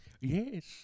Yes